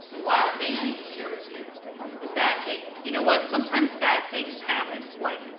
last thing i need to share with you is that, hey, you know what? sometimes bad things happen like,